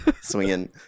swinging